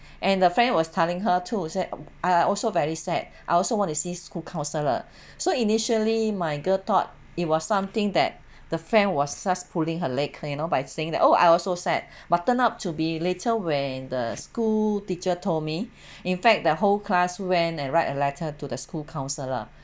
and the friend was telling her too she said I are also very sad I also want to see school counsellor so initially my girl thought it was something that the friend was just pulling her leg you know by saying that oh I also sad but turn up to be later when the school teacher told me in fact the whole class went and write a letter to the school counselor